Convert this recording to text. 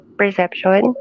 perception